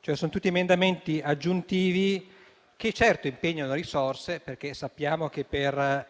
Sono tutti emendamenti aggiuntivi, che, certo, impegnano risorse, perché sappiamo che per